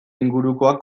ingurukoak